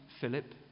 Philip